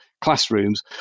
classrooms